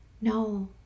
No